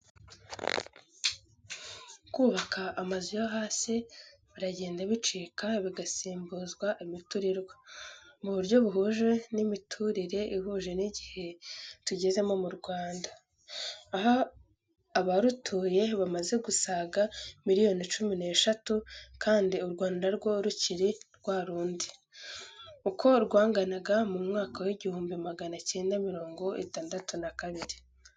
Kubaka amazu yo hasi biragenda bicika bigasimbuzwa imiturirwa, mu buryo buhuje n'imiturire ihuje n'igihe tugezemo mu Rwanda, aho abarutuye bamaze gusaga miliyoni cumi n'eshatu kandi u Rwanda rwo rukiri rwa rundi, uko rwanganaga mu mwaka w'igihumbi magana cyenda mirongo itandatu na kabiri.